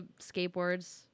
skateboards